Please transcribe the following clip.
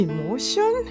Emotion